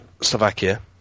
Slovakia